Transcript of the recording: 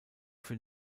für